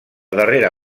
darrera